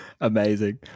amazing